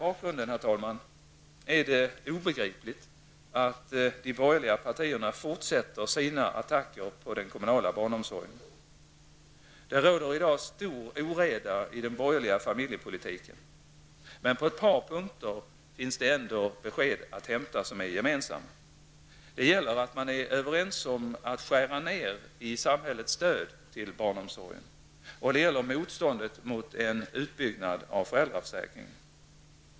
Mot denna bakgrund är det obegripligt att de borgerliga partierna fortsätter sina attacker mot den kommunala barnomsorgen. Det råder i dag stor oreda i den borgerliga familjepolitiken. På ett par punkter finns dock besked att hämta som är gemensamma. Man är överens om att skära ned på samhällets stöd till barnomsorgen. Man är motståndare till en utbyggnad av föräldraförsäkringen.